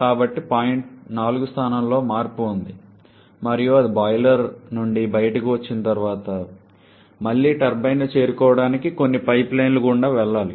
కాబట్టి పాయింట్ 4 స్థానంలో మార్పు ఉంది మరియు అది బాయిలర్ నుండి బయటకు వచ్చిన తర్వాత మళ్లీ టర్బైన్ను చేరుకోవడానికి కొన్ని పైప్లైన్ల గుండా వెళ్లాలి